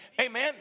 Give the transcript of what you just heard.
Amen